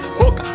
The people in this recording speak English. hook